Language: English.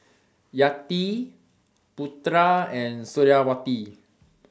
Yati Putra and Suriawati